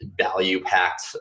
value-packed